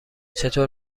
چطور